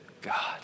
God